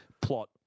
Plot